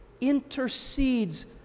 intercedes